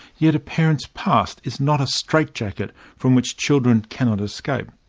yet a parent's past is not a straitjacket from which children cannot escape.